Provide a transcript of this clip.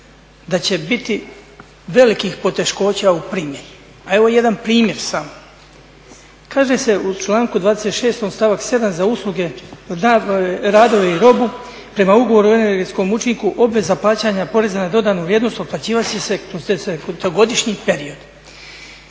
da će biti velikih poteškoća u primjeni. A evo jedan primjer samo. Kaže se u članku 26., stavak 7 za usluge, radove i robu prema ugovoru o energetskom učinku, obveza plaćanja poreza na dodanu vrijednost otplaćivat će se kroz … period.